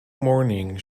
morning